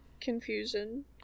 confusion